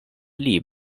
pli